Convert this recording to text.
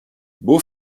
beau